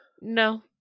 No